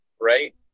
right